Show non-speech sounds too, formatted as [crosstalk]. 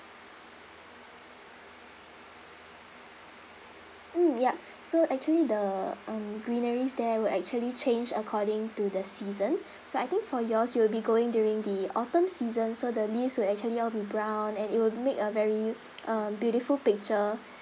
mm yup [breath] so actually the um greeneries there will actually change according to the season [breath] so I think for yours you will be going during the autumn season so the leaves will actually all be brown and it would make a very [noise] um beautiful picture [breath]